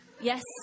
Yes